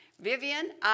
Vivian